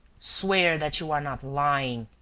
swear that you are not lying.